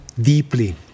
deeply